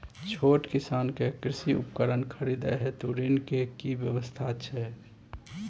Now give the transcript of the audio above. छोट किसान के कृषि उपकरण खरीदय हेतु ऋण के की व्यवस्था छै?